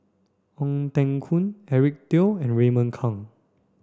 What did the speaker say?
Ong Teng Koon Eric Teo and Raymond Kang